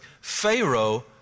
Pharaoh